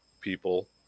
people